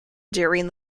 during